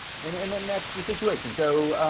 and and then that's the situation. so